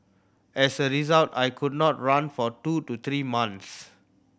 as a result I could not run for two to three months